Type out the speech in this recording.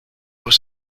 was